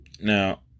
now